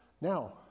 Now